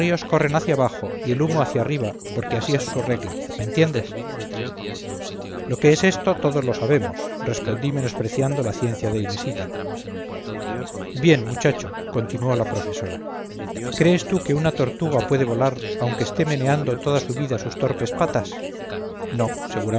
corren hacia abajo y el humo hacia arriba porque así es su regla me entiendes lo que es eso todos lo sabemos respondí menospreciando la ciencia de inesilla bien muchacho continuó la profesora crees tú que una tortuga puede volar aunque esté meneando toda la vida sus torpes patas no